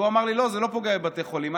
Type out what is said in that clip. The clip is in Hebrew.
הוא אמר לי שזה לא פוגע בבתי חולים.